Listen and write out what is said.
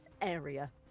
area